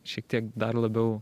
šiek tiek dar labiau